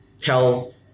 Tell